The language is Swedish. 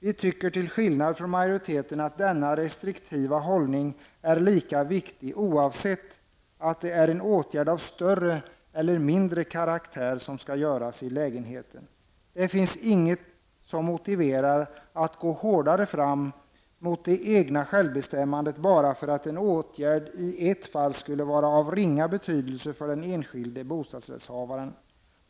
Vi tycker till skillnad från majoriteten att denna restriktiva hållning är lika viktig oavsett om det är en större eller en mindre åtgärd som skall göras i lägenheten. Det finns inget som motiverar att man skall gå hårdare fram mot det egna självbestämmandet bara för att åtgärden i ett visst fall skulle vara av ringa betydelse för den enskilde bostadsrättsboende.